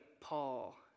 Paul